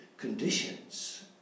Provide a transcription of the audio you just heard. conditions